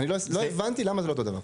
לא הבנתי למה זה לא אותו הדבר.